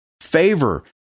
favor